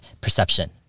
perception